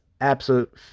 absolute